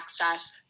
access